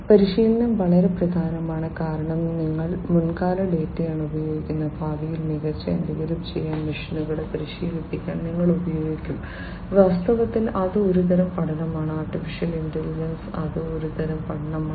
പരിശീലനം വളരെ പ്രധാനമാണ് കാരണം നിങ്ങൾ മുൻകാല ഡാറ്റയാണ് ഉപയോഗിക്കുന്നത് ഭാവിയിൽ മികച്ച എന്തെങ്കിലും ചെയ്യാൻ മെഷീനുകളെ പരിശീലിപ്പിക്കാൻ നിങ്ങൾ ഉപയോഗിക്കും വാസ്തവത്തിൽ അത് ഒരു തരം പഠനമാണ് AI ൽ അത് ഒരു തരം പഠനമാണ്